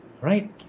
right